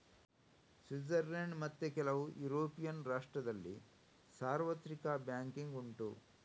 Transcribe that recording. Switzerland ಮತ್ತೆ ಕೆಲವು European ರಾಷ್ಟ್ರದಲ್ಲಿ ಸಾರ್ವತ್ರಿಕ ಬ್ಯಾಂಕಿಂಗ್ ಉಂಟು